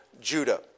Judah